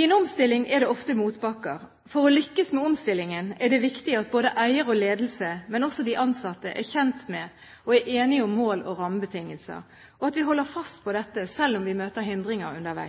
I en omstillingsprosess er det ofte motbakker. For å lykkes med omstillingen er det viktig at både eier og ledelse, og de ansatte, er kjent med, og er enige om, mål og rammebetingelser, og at vi holder fast på dette selv om vi møter